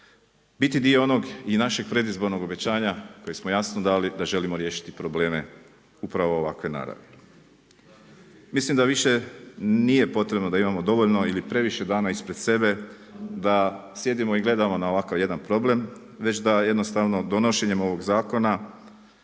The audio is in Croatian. biti dio onog i našeg predizbornog obećanja koji smo jasno dali, da želimo riješiti probleme upravo ovakve naravi. Mislim da više nije potrebno da imamo dovoljno ili previše dana ispred sebe da sjedimo i gledamo na ovakav jedan problem, već da jednostavno donošenjem ovog zakona